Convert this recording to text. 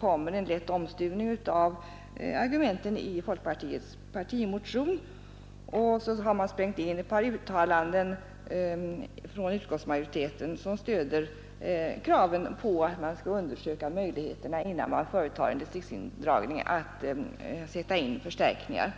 kommer en lätt omstuvning av argumenten i folkpartiets partimotion. Sedan har man sprängt in ett par uttalanden från utskottsmajoriteten som stöder kraven på att man skall undersöka möjligheterna att sätta in förtärkningar innan man företar en distriktsindragning.